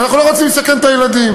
ואנחנו לא רוצים לסכן את הילדים.